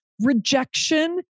rejection